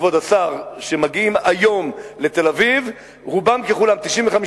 כבוד השר, מגיעים היום לתל-אביב, רובם ככולם, 90%,